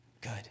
good